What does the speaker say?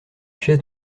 chaises